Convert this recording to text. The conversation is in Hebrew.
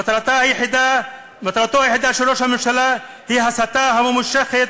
מטרתו היחידה של ראש הממשלה היא ההסתה הממושכת,